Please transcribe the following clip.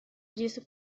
disso